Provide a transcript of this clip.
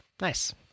nice